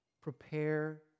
prepare